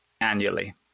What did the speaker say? annually